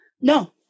no